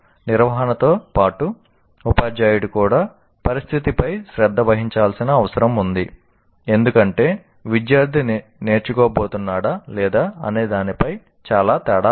నిర్వహణతో పాటు ఉపాధ్యాయుడు కూడా పరిస్థితిపై శ్రద్ధ వహించాల్సిన అవసరం ఉంది ఎందుకంటే విద్యార్థి నేర్చుకోబోతున్నాడా లేదా అనే దానిపై చాలా తేడా ఉంది